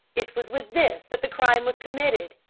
it was with this that the crime was committed,